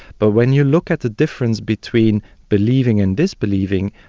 but when you look at the difference between believing and disbelieving,